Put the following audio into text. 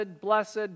blessed